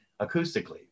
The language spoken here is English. acoustically